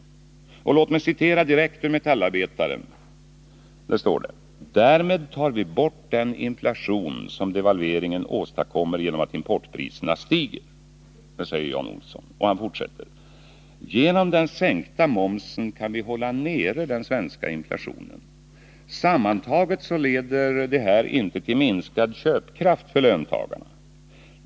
Låt mig citera direkt ur Metallarbetaren: ”Därmed tar vi bort den inflation som devalveringen åstadkommer genom att importpriserna stiger.” Det säger Jan Olsson, och han fortsätter: ”Genom den sänkta momsen kan vi hålla nere den svenska inflationen. Sammantaget så leder det här inte till minskad köpkraft för löntagarna.